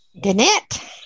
Danette